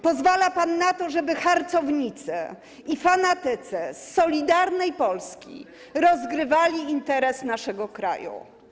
Pozwala pan na to, żeby harcownicy i fanatycy z Solidarnej Polski rozgrywali interes naszego kraju.